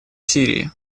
сирии